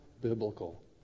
biblical